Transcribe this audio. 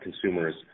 consumers